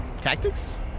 Tactics